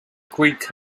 greek